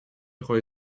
خوری